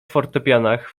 fortepianach